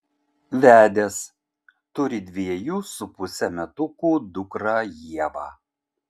vedęs turi dviejų su puse metukų dukrą ievą